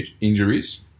injuries